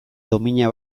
domina